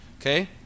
Okay